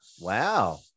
Wow